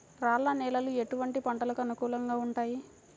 రాళ్ల నేలలు ఎటువంటి పంటలకు అనుకూలంగా ఉంటాయి?